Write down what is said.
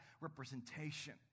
representation